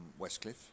Westcliff